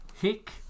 Hick